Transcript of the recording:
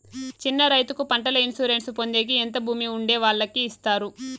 చిన్న రైతుకు పంటల ఇన్సూరెన్సు పొందేకి ఎంత భూమి ఉండే వాళ్ళకి ఇస్తారు?